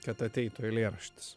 kad ateitų eilėraštis